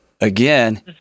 Again